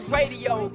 Radio